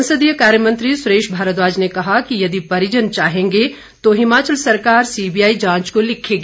संसदीय कार्य मंत्री सुरेश भारद्वाज ने कहा कि यदि परिजन चाहेंगे तो हिमाचल सरकार सीबीआई जांच को लिखेगी